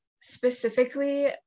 specifically